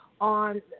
on